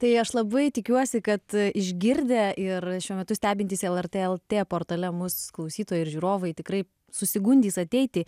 tai aš labai tikiuosi kad išgirdę ir šiuo metu stebintys lrt lt portale mūsų klausytojai ir žiūrovai tikrai susigundys ateiti